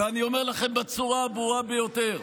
ואני אומר לכם בצורה הברורה ביותר: